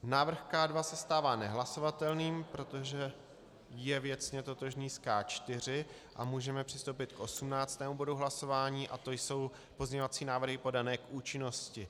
Návrh K2 se stává nehlasovatelným, protože je věcně totožný s K4, a můžeme přistoupit k 18. bodu hlasování a to jsou pozměňovací návrhy podané k účinnosti.